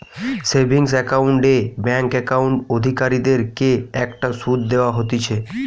savings account এ bank account অধিকারীদের কে একটা শুধ দেওয়া হতিছে